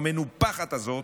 המנופחת הזאת,